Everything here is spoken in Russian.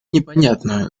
непонятно